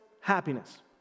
happiness